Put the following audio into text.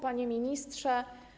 Panie Ministrze!